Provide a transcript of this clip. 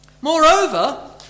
Moreover